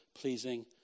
pleasing